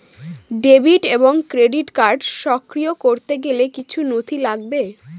Debit এবং credit card সক্রিয় করতে গেলে কিছু নথি লাগবে?